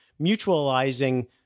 mutualizing